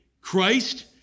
Christ